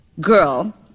girl